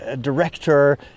director